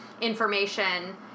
information